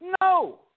No